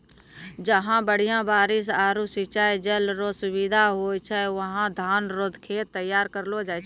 जहां बढ़िया बारिश आरू सिंचाई जल रो सुविधा होय छै वहां धान रो खेत तैयार करलो जाय छै